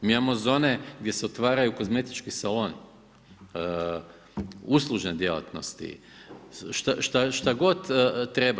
Mi imamo zone gdje se otvaraju kozmetički saloni, uslužne djelatnosti, šta god treba.